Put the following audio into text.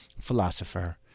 philosopher